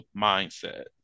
mindset